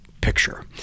picture